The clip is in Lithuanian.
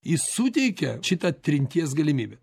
jis suteikia šitą trinties galimybę